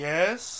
Yes